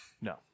No